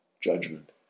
judgment